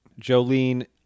Jolene